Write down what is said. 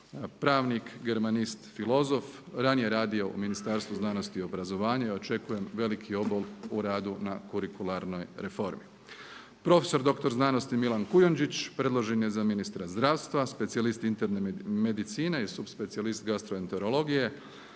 pravnik, germanist, filozof, ranije radio u Ministarstvu znanosti i obrazovanja i očekujem veliki obol u radu na kurikularnoj reformi. Prof.dr. znanosti Milan Kujundžić predložen je za ministra zdravstva, specijalist interne medicine i su specijalist gastroenterologije.